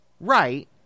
Right